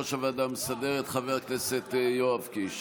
ליושב-ראש הוועדה המסדרת, חבר הכנסת יואב קיש.